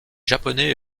japonais